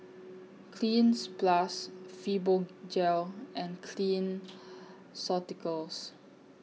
Cleanz Plus Fibogel and Clean Ceuticals